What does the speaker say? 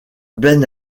ben